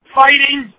fighting